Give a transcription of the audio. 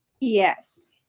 Yes